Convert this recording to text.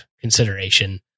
consideration